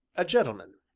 a gentleman.